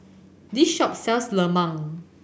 this shop sells lemang